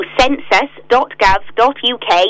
census.gov.uk